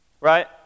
Right